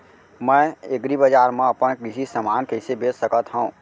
मैं एग्रीबजार मा अपन कृषि समान कइसे बेच सकत हव?